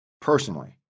personally